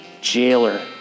jailer